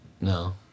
No